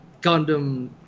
Gundam